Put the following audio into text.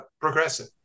progressive